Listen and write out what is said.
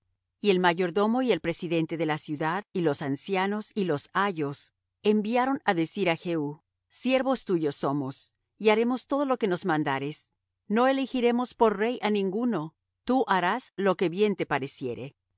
y el mayordomo y el presidente de la ciudad y los ancianos y los ayos enviaron á decir á jehú siervos tuyos somos y haremos todo lo que nos mandares no elegiremos por rey á ninguno tú harás lo que bien te pareciere